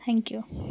thank you